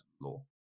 law